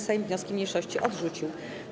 Sejm wnioski mniejszości odrzucił.